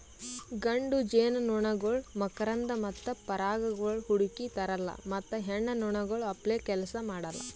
ಗಂಡು ಜೇನುನೊಣಗೊಳ್ ಮಕರಂದ ಮತ್ತ ಪರಾಗಗೊಳ್ ಹುಡುಕಿ ತರಲ್ಲಾ ಮತ್ತ ಹೆಣ್ಣ ನೊಣಗೊಳ್ ಅಪ್ಲೇ ಕೆಲಸ ಮಾಡಲ್